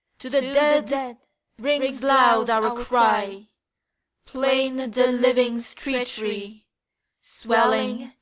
to the dead rings loud our cry plain the living's treachery swelling,